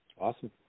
Awesome